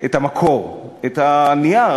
את המקור, את הנייר.